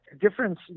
difference